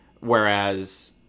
whereas